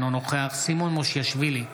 אינו נוכח סימון מושיאשוילי,